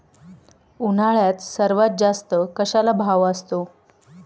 उन्हाळ्यात सर्वात जास्त कशाला भाव असतो?